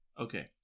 Okay